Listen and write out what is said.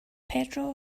pedro